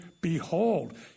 behold